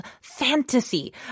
fantasy